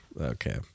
Okay